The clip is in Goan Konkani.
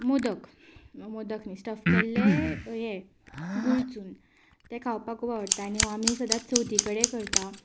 मोदक मोदक न्ही स्टफ केल्ले हें गूळ चून तें खावपाक खूब आवडटा आनी हो आमी सदांच चवथी कडेन करता